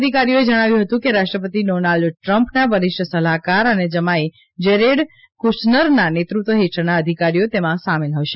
અધિકારીઓએ જણાવ્યું હતું કે રાષ્ટ્રપતિ ડોનાલ્ડ ટ્રમ્પના વરિષ્ઠ સલાહકાર અને જમાઈ જેરેડ કુશનરના નેતૃત્વ હેઠળના અધિકારીઓ તેમાં સામેલ હશે